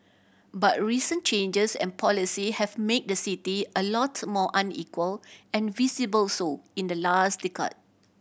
but recent changes and policy have made the city a lot more unequal and visible so in the last decade